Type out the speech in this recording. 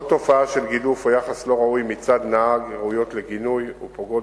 כל תופעה של גידוף או יחס לא ראוי מצד נהג ראויה לגינוי ופוגעת